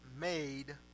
made